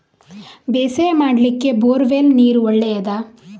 ಬೇಸಾಯ ಮಾಡ್ಲಿಕ್ಕೆ bore well ನೀರು ಒಳ್ಳೆಯದಾ?